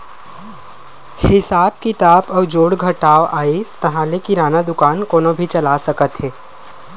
हिसाब किताब अउ जोड़ घटाव अइस ताहाँले किराना दुकान कोनो भी चला सकत हे